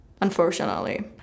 unfortunately